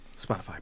Spotify